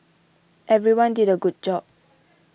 everyone did a good job